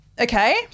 Okay